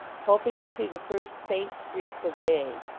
hoping to see the first faint streaks of day.